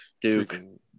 Duke